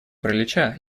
паралича